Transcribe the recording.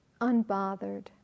unbothered